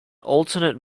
alternate